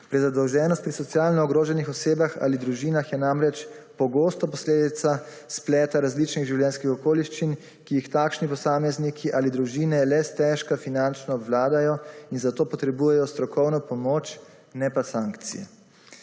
Prezadolženost pri socialno ogroženih osebah ali družinah je namreč pogosto posledica spleta različnih življenjskih okoliščin, ki jih takšni posamezniki ali družine le stežka finančno obvladajo in zato potrebujejo strokovno pomoč, ne pa sankcij.